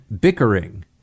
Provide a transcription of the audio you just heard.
bickering